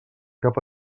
cap